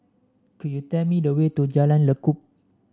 could you tell me the way to Jalan Lekub